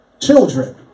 Children